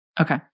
Okay